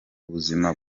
buzima